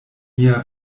mia